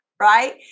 Right